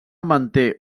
manté